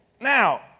Now